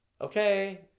okay